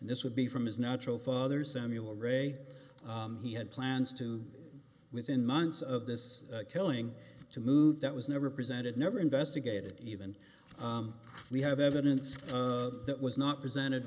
this would be from his natural father samuel ray he had plans to within months of this killing to moot that was never presented never investigated even we have evidence that was not presented